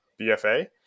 bfa